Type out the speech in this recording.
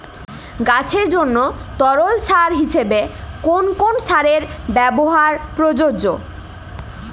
গাছের জন্য তরল সার হিসেবে কোন কোন সারের ব্যাবহার প্রযোজ্য?